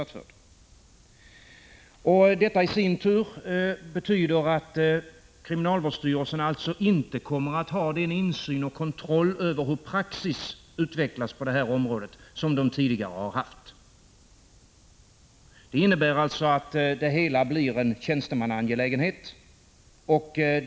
Den föreslagna ordningen innebär att kriminalvårdsstyrelsen inte kommer att ha den insyn och kontroll som den tidigare har haft över hur praxis utvecklas på det här området. Det hela blir alltså en tjänstemannaangelägenhet.